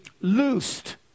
Loosed